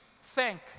thank